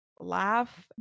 laugh